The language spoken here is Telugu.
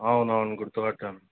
అవునవును గుర్తుపట్టాను